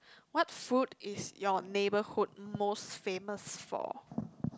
what food is your neighbourhood most famous for